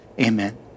Amen